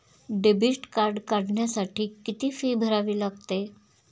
Debit card काढण्यासाठी किती fee भरावी लागते?